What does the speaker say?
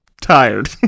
tired